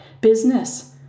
business